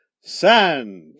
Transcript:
Sand